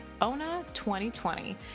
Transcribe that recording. ONA2020